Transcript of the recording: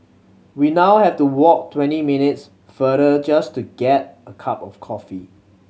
we now have to walk twenty minutes farther just to get a cup of coffee